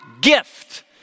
gift